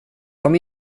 kom